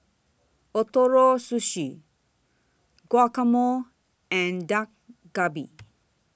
Ootoro Sushi Guacamole and Dak Galbi